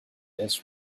this